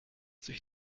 sich